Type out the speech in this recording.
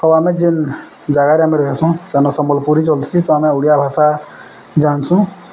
ଆଉ ଆମେ ଯେନ୍ ଜାଗାରେ ଆମେ ରହିସୁଁ ସେନ ସମ୍ବଲପୁରୀ ଚଲ୍ସି ତ ଆମେ ଓଡ଼ିଆ ଭାଷା ଜାନ୍ସୁଁ